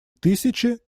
тысячи